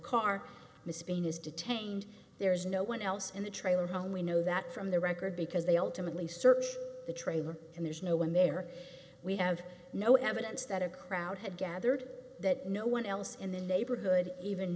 is detained there is no one else in the trailer home we know that from the record because they ultimately search the trailer and there's no one there we have no evidence that a crowd had gathered that no one else in the neighborhood even